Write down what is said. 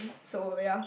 so ya